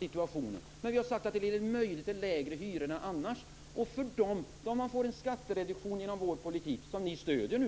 Fru talman! Jag har inte sagt att det radikalt förbättrar situationen. Men vi har sagt att det ger möjlighet till lägre hyror än annars för dem som får en skattereduktion genom vår politik, som ni i Centern stöder